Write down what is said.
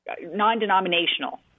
non-denominational